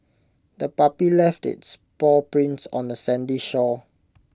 the puppy left its paw prints on the sandy shore